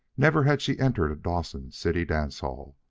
never had she entered a dawson city dance-hall.